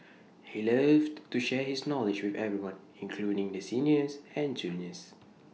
he loved to share his knowledge with everyone including the seniors and juniors